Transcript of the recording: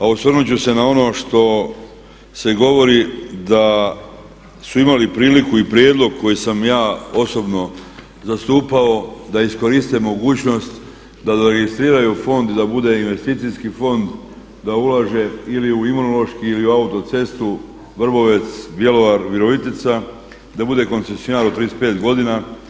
A osvrnuti ću se na ono što se govori da su imali priliku i prijedlog koji sam ja osobno zastupao da iskoriste mogućnost da … fond i da bude investicijski fond, da ulaže ili u Imunološki ili u autocestu Vrbovec-Bjelovar-Virovitica, da bude koncesionar od 35 godina.